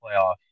playoff